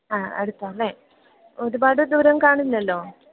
ആഹ് അടുത്താണല്ലേ ഒരുപാട് ദൂരം കാണില്ലല്ലോ